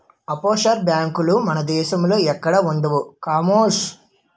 offshore బేంకులు మన దేశంలో ఎక్కడా ఉండవు కామోసు